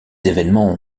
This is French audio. événements